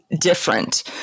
different